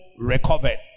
Recovered